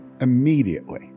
immediately